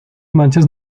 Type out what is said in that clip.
manchas